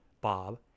Bob